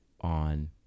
on